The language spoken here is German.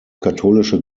katholische